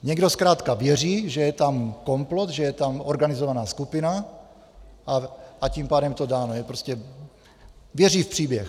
Někdo zkrátka věří, že je tam komplot, že je tam organizovaná skupina, a tím pádem to dáno je, prostě věří v příběh.